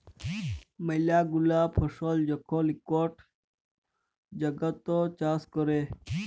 ম্যালা গুলা ফসল যখল ইকই জাগাত চাষ ক্যরে